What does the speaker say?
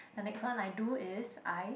the next one I do is I